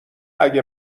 اگه